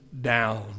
down